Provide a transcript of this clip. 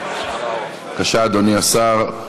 בבקשה, אדוני השר.